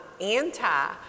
anti